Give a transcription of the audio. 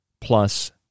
plus